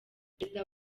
perezida